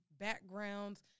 backgrounds